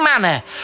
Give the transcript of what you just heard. manner